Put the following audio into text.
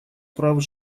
прав